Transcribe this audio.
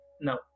no